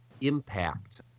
impact